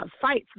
fights